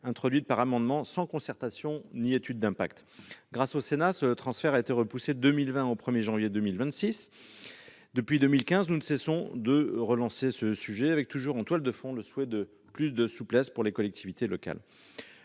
introduite par amendement, sans concertation ou étude d’impact. Grâce au Sénat, ce transfert a été repoussé de 2020 au 1 janvier 2026. Depuis 2015, nous ne cessons de relancer ce sujet, avec toujours en toile de fond le souhait de plus de souplesse pour les collectivités locales.